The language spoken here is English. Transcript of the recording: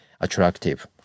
attractive